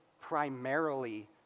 primarily